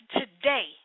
today